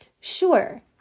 Sure